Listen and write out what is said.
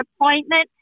appointment